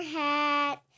hat